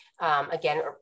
again